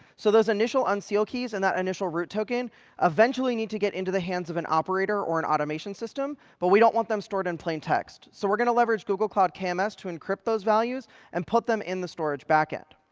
so those initial unsealed keys and that initial route token eventually need to get into the hands of an operator or an automation system, but we don't want them stored in plain text. so we're going to leverage google cloud kms ah to encrypt those values and put them in the storage back end.